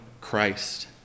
Christ